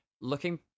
Looking